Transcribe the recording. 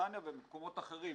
בנתניה ובמקומות אחרים,